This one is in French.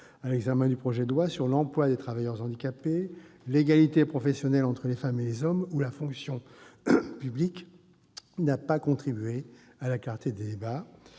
à l'examen du projet de loi, sur l'emploi des travailleurs handicapés, l'égalité professionnelle entre les femmes et les hommes ou la fonction publique, n'a pas contribué à la clarté des débats.